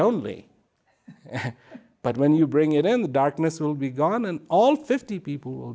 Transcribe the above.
only but when you bring it in the darkness will be gone and all fifty people will